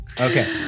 Okay